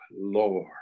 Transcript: Lord